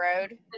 road